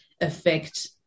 affect